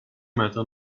matter